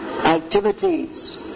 activities